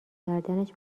کردنش